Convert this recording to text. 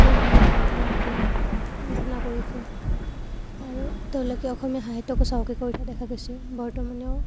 উপন্য়াস গল্প আদি ৰচনা কৰিছে আৰু তেওঁলোকে অসমীয়া সাহিত্যকো চহকী কৰি থোৱা দেখা গৈছে বৰ্তমানেও